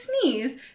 sneeze